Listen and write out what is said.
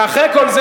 ואחרי כל זה,